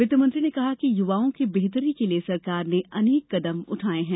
वित्तमंत्री ने कहा कि युवाओं की बेहतरी के लिए सरकार ने अनेक कदम उठाए हैं